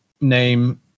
name